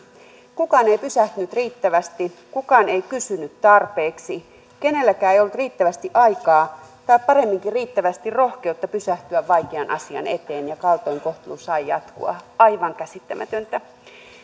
kukaan ei ei pysähtynyt riittävästi kukaan ei kysynyt tarpeeksi kenelläkään ei ollut riittävästi aikaa tai paremminkin riittävästi rohkeutta pysähtyä vaikean asian eteen ja kaltoinkohtelu sai jatkua aivan käsittämätöntä